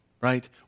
right